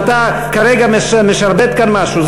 אתה כרגע משרבט כאן משהו.